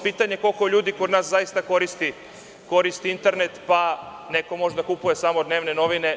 Pitanje je koliko je ljudi kod nas zaista koristi internet pa neko može samo da kupuje samo dnevne novine.